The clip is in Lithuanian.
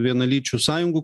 vienalyčių sąjungų